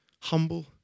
Humble